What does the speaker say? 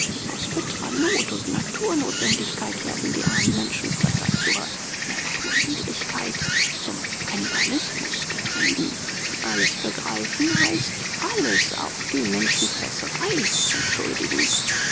aus bittrer not und naturnotwendigkeit wurden die armen menschenfresser zur naturwidrigkeit zum kannibalismus getrieben alles begreifen heißt alles auch die menschenfresserei entschuldigen